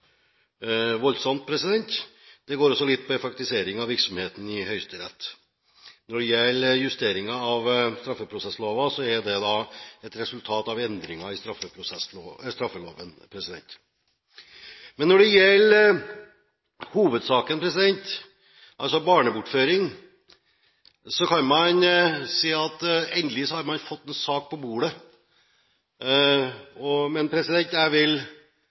Det går også litt på effektivisering av virksomheten i Høyesterett. Når det gjelder justeringen av straffeprosessloven, er dette et resultat av endringer i straffeloven. Når det gjelder hovedsaken, barnebortføring, har man endelig fått en sak på bordet, men jeg vil